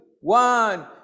one